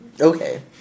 Okay